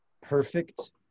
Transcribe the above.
perfect